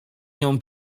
nią